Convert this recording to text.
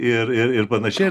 ir ir ir panašiai